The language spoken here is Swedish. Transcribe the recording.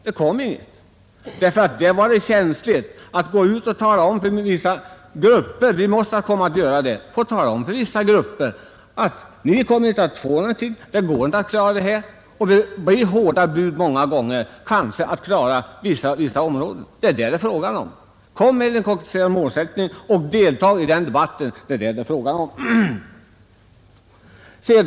Det kom inga förslag — det var nämligen känsligt att tala om för vissa grupper att de inte kunde få någonting. Det blir många gånger hårda bud för vissa områden. Konkretisera alltså målsättningen och deltag i debatten — det är vad frågan gäller.